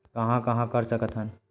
कहां कहां कर सकथन?